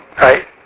right